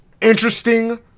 Interesting